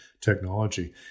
technology